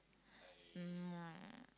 mm